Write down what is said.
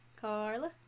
Carla